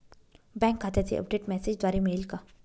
Bank खात्याचे update मेसेजद्वारे मिळेल का?